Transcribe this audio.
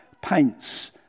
paints